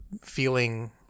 feeling